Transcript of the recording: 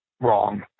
wrong